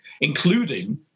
including